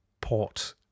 port